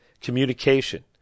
communication